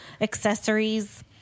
accessories